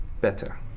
better